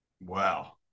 Wow